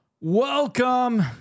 Welcome